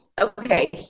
Okay